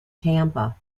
tampa